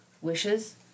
wishes